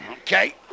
okay